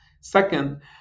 second